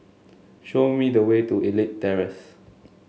show me the way to Elite Terrace